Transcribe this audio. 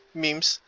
memes